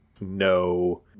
no